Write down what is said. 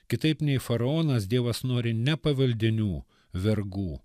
kitaip nei faraonas dievas nori ne pavaldinių vergų